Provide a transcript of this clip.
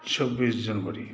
छब्बीस जनवरी